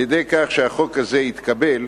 על-ידי כך שהחוק הזה יתקבל,